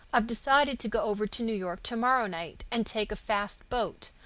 i've decided to go over to new york to-morrow night and take a fast boat.